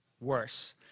worse